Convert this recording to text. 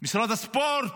משרד הספורט,